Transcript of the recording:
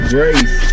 Grace